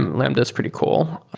lambda is pretty cool.